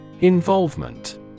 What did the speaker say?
Involvement